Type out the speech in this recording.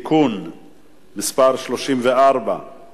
(חילוט וסמכויות פיקוח) (תיקוני חקיקה),